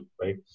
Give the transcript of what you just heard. right